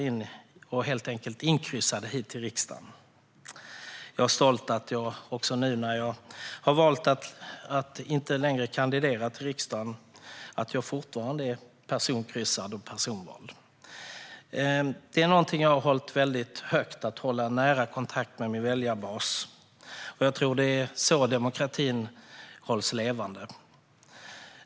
Jag blev helt enkelt inkryssad i riksdagen. Jag är stolt över att jag också nu, när jag har valt att inte längre kandidera till riksdagen, fortfarande är personkryssad och personvald. Att ha nära kontakt med min väljarbas är någonting som jag har hållit väldigt högt. Jag tror att det är så demokratin hålls levande.